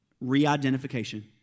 re-identification